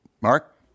mark